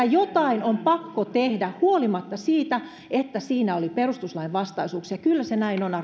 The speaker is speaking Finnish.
jotain on pakko tehdä huolimatta siitä että siinä oli perustuslainvastaisuuksia kyllä se näin on